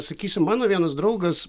sakysim mano vienas draugas